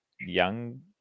young